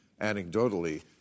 anecdotally